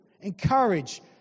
Encourage